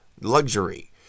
luxury